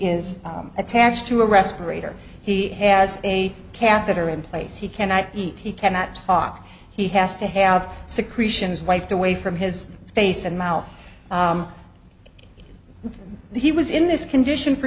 is attached to a respirator he has a catheter in place he cannot eat he cannot talk he has to have secretions wiped away from his face and mouth he was in this condition for